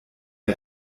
der